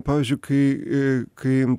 pavyzdžiui kai kai